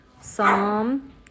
Psalm